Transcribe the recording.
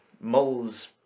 moles